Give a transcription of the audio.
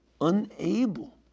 unable